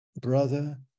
brother